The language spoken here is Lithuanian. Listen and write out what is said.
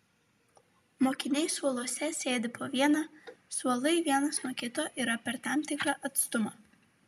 mokiniai suoluose sėdi po vieną suolai vienas nuo kito yra per tam tikrą atstumą